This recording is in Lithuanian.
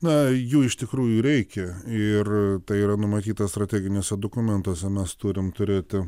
na jų iš tikrųjų reikia ir tai yra numatyta strateginiuose dokumentuose mes turim turėti